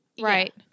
Right